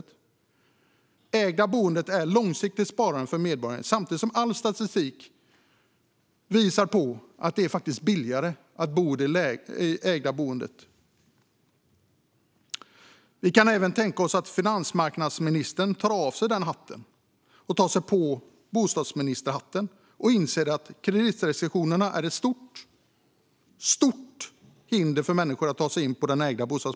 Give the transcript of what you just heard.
Det ägda boendet är ett långsiktigt sparande för medborgaren, samtidigt som all statistik visar på att det faktiskt är billigare att bo i ett ägt boende. Vi kan även tänka oss att finansmarknadsministern tar av sig den hatten och tar på sig bostadsministerhatten och inser att kreditrestriktionerna är ett mycket stort hinder för människor att ta sig in på marknaden för ägda bostäder.